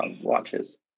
watches